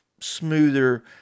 smoother